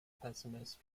pessimist